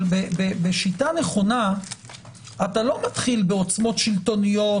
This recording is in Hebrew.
אבל בשיטה נכונה אתה לא מתחיל בעוצמות שלטוניות